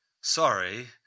Sorry